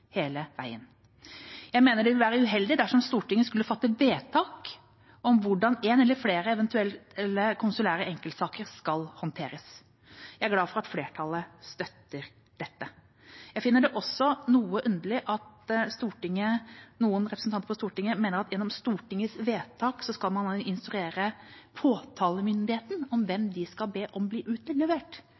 hele veien. Jeg mener det vil være uheldig dersom Stortinget skulle fatte vedtak om hvordan en eller eventuelt flere konsulære enkeltsaker skal håndteres. Jeg er glad for at flertallet støtter dette. Jeg finner det også noe underlig at noen representanter på Stortinget mener at gjennom Stortingets vedtak skal man instruere påtalemyndigheten om hvem de skal be om å få utlevert.